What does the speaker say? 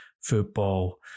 football